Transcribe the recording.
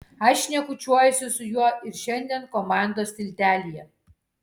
aš šnekučiuojuosi su juo ir šiandien komandos tiltelyje